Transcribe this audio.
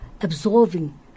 absorbing